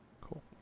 Cool